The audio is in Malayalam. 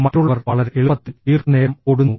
മറ്റുള്ളവർ വളരെ എളുപ്പത്തിൽ ദീർഘനേരം ഓടുന്നു